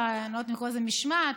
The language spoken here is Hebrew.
אני לא יודעת אם לקרוא לזה דוח משמעת,